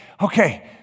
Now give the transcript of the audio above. okay